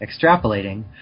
extrapolating